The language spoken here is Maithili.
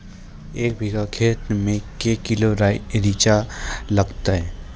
एक बीघा खेत मे के किलो रिचा लागत?